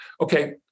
okay